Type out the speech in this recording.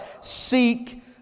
seek